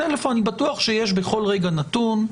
טלפונים בטוח שיש בכל רגע נתון.